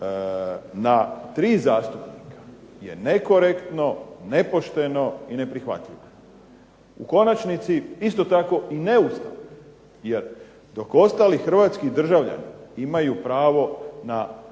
na tri zastupnika je nekorektno, nepošteno i neprihvatljivo. U konačnici isto tako i neustavno, jer dok ostali hrvatski državljani imaju pravo na jednog